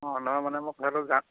অ নহয় মানে মই যাম